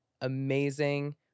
Amazing